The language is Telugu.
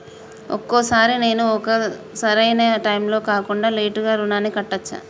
ఒక్కొక సారి నేను ఒక సరైనా టైంలో కాకుండా లేటుగా రుణాన్ని కట్టచ్చా?